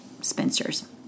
spinsters